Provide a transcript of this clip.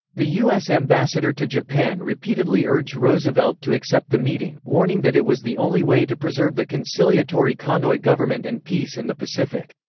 the u s. ambassador to japan repeatedly urged roosevelt to accept the meeting, warning that it was the only way to preserve the conciliatory konoye government and peace in the pacific.